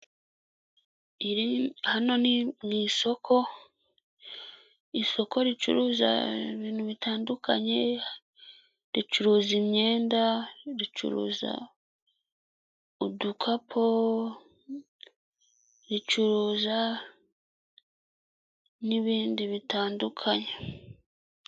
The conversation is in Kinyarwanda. Hano ni mu isoko, isoko ricuruza ibintu bitandukanye, ricuruza imyenda ricuruza udukapu ricuruza n'ibindi bitandukanye.